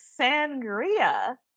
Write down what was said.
Sangria